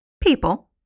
People